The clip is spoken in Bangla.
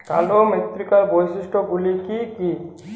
কালো মৃত্তিকার বৈশিষ্ট্য গুলি কি কি?